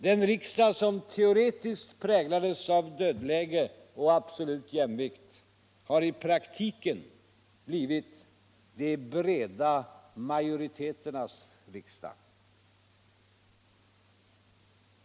Den riksdag som teoretiskt präglades av dödläge och absolut jämvikt har i praktiken blivit de breda majoriteternas riksdag.